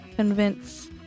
Convince